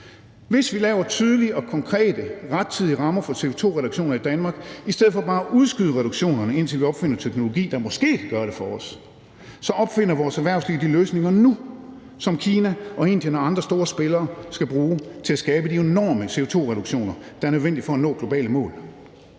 Hvis vi skaber tydelige, konkrete og rettidige rammer for CO2-reduktionerne i Danmark i stedet for bare at udskyde reduktionerne, indtil vi opfinder teknologi, der måske kan gøre det for os, så opfinder vores erhvervsliv de løsninger nu, som Kina og Indien og andre store spillere skal bruge til at skabe de enorme CO2-reduktioner, der er nødvendige for at nå globale mål.